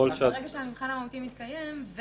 ברגע שהמבחן המהותי מתקיים,